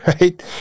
right